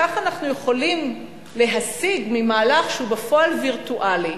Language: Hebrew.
כך אנחנו יכולים להשיג ממהלך שהוא בפועל וירטואלי,